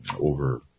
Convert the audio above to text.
over